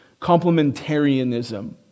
complementarianism